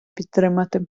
підтримати